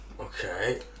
Okay